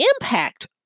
impact